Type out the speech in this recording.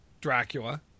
Dracula